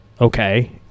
Okay